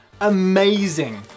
amazing